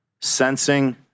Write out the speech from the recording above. sensing